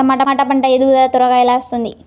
టమాట పంట ఎదుగుదల త్వరగా ఎలా వస్తుంది?